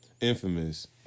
Infamous